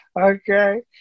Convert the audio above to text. Okay